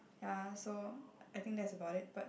ya so I think that's about it but